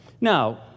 Now